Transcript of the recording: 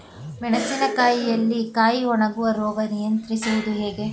ಮೆಣಸಿನ ಕಾಯಿಯಲ್ಲಿ ಕಾಯಿ ಒಣಗುವ ರೋಗ ನಿಯಂತ್ರಿಸುವುದು ಹೇಗೆ?